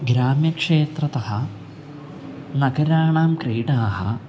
ग्राम्यक्षेत्रतः नगराणां क्रीडाः